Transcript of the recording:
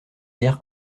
guère